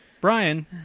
Brian